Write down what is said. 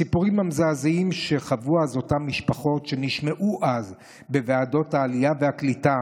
הסיפורים המזעזעים שחוו אז אותן משפחות נשמעו אז בוועדת העלייה והקליטה,